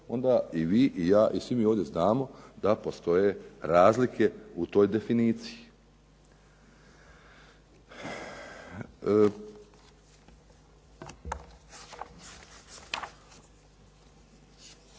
onda i vi i ja i svi mi ovdje znamo da postoje razlike u toj definiciji.